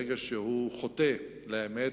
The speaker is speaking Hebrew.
ברגע שהוא חוטא לאמת,